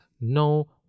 no